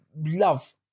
love